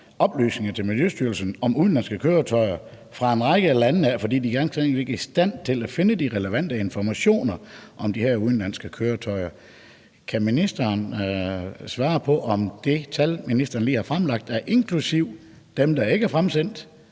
oplysninger til Miljøstyrelsen om udenlandske køretøjer fra en række af landene her, fordi de ganske enkelt ikke er i stand til at finde de relevante informationer om de her udenlandske køretøjer. Kan ministeren svare på, om de tal, ministeren lige har fremlagt, er inklusive dem, der ikke er fremsendt,